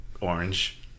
orange